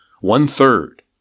one-third